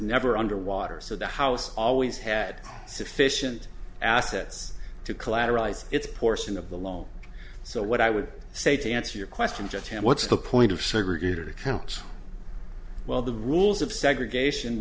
never underwater so the house always had sufficient assets to collateralize its portion of the loan so what i would say to answer your question just what's the point of segregated accounts well the rules of segregation